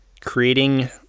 creating